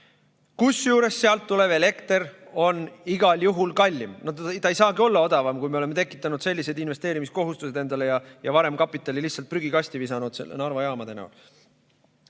Kusjuures sealt tulev elekter on igal juhul kallim. Ta ei saagi olla odavam, kui me oleme tekitanud sellised investeerimiskohustused endale ja varem kapitali lihtsalt prügikasti visanud Narva jaamade näol.